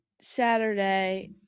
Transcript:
Saturday